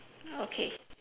okay